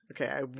Okay